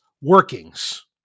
workings